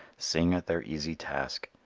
sing at their easy task.